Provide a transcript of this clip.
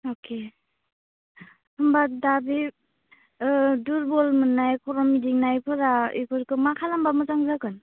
अके होनबा दा बे दुरबल मोननाय खर' गिदिंनायफोरा बेफोरखौ मा खालामबा मोजां जागोन